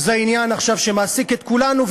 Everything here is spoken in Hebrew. עכשיו זה עניין שמעסיק את כולנו,